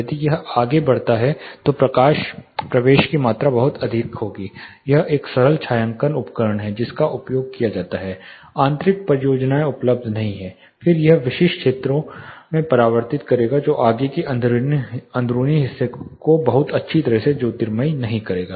यदि यह आगे बढ़ाता है तो प्रकाश प्रवेश की मात्रा बहुत अधिक होगी यह एक सरल छायांकन उपकरण है जिसका उपयोग किया जाता है आंतरिक परियोजनाएं उपलब्ध नहीं हैं फिर यह केवल विशिष्ट क्षेत्रों में परावर्तित करेगा जो आगे के अंदरूनी हिस्से को बहुत अच्छी तरह से ज्योतिर्मयी नहीं करेगा